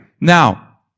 Now